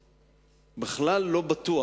בכלל לא בטוח,